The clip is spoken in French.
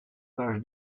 page